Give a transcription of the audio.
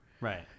Right